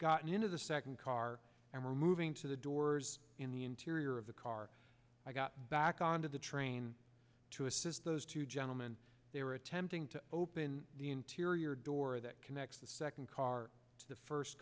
gotten into the second car and were moving to the doors in the interior of the car i got back onto the train to assist those two gentlemen they were attempting to open the interior door that connects the second car to the first